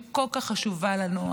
שכל כך חשובה לנו.